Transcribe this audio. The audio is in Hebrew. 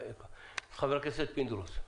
חבר הכנסת פינדרוס.